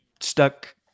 stuck